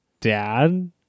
dad